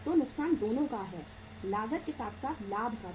तो नुकसान दोनों का है लागत के साथ साथ लाभ का भी